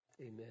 amen